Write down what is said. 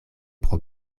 pro